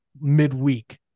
midweek